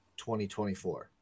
2024